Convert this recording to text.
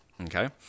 Okay